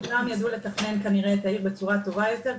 כי פעם ידעו לתכנן את העיר בצורה טובה יותר,